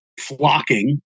flocking